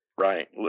Right